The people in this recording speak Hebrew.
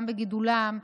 גם בגידולם,